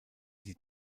die